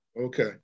Okay